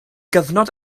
gyfnod